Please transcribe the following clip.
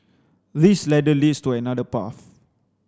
this ladder leads to another path